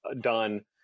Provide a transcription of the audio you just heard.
done